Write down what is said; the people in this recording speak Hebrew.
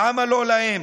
למה לא להם?